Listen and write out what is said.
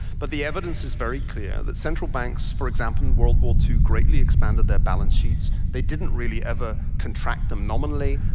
but the evidence is very clear that central banks, for example, in world war ii greatly expanded their balance sheets. they didn't really ever contract them nominally,